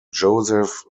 joseph